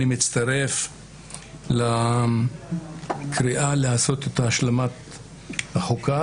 אני מצטרף לקריאה לעשות את השלמת החוקה,